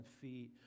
feet